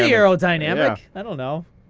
yeah aerodynamic. i don't know.